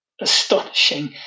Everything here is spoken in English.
astonishing